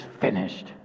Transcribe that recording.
finished